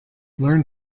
learn